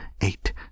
eight